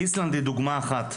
איסלנד זה דוגמא אחת,